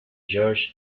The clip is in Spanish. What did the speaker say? george